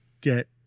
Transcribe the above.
get